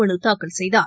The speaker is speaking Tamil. மனுதாக்கல் செய்தார்